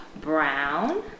Brown